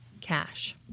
cash